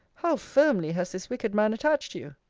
how firmly has this wicked man attached you!